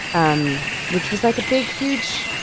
um which was, like, a big, huge,